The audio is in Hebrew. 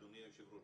אדוני היושב-ראש,